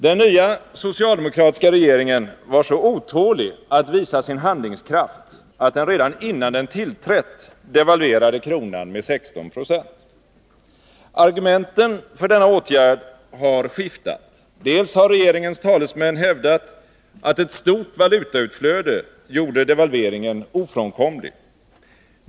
Den nya socialdemokratiska regeringen var så otålig att visa sin handlingskraft att den redan innan den tillträtt devalverade kronan med 16 20. Argumenten för denna åtgärd har skiftat. Dels har regeringens talesmän hävdat, att ett stort valutautflöde gjorde devalveringen ofrånkomlig.